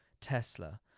Tesla